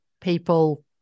people